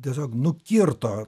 tiesiog nukirto